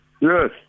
Yes